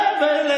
אינשאללה.